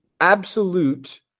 absolute